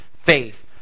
faith